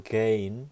gain